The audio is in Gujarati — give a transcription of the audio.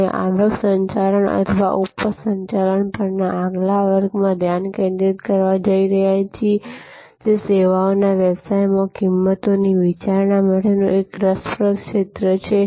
અમે આવક સંચાલન અથવા ઉપજ સંચાલન પરના આગલા વર્ગમાં ધ્યાન કેન્દ્રિત કરવા જઈ રહ્યા છીએ જે સેવાઓના વ્યવસાયમાં કિંમતોની વિચારણા માટેનું એક રસપ્રદ ક્ષેત્ર છે